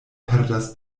perdas